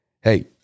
Hey